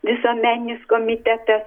visuomeninis komitetas